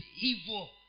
evil